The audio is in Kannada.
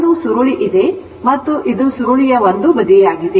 ಒಂದು ಸುರುಳಿ ಇದೆ ಮತ್ತು ಇದು ಸುರುಳಿಯ ಒಂದು ಬದಿಯಾಗಿದೆ